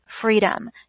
freedom